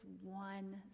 one